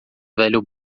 velho